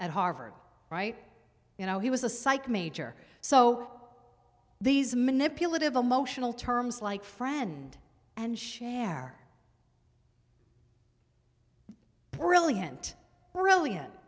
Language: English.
at harvard right you know he was a psych major so these manipulative emotional terms like friend and brilliant brilliant